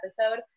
episode